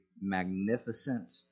magnificent